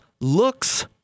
looks